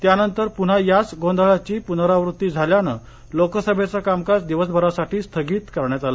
त्यानंतर पुन्हा याच गोंधळाची पुनरावृत्ती झाल्यानं लोकसभेचं कामकाज दिवसभरासाठी स्थगित करण्यात आलं